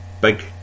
big